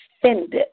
offended